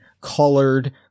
colored